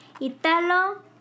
Italo